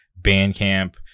Bandcamp